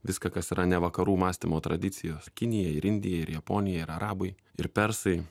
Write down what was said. viską kas yra ne vakarų mąstymo tradicijos kinija ir indija ir japonija ir arabai ir persai